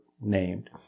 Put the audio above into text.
named